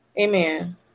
Amen